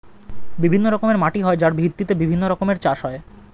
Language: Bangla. বিভিন্ন রকমের মাটি হয় যার ভিত্তিতে বিভিন্ন রকমের চাষ হয়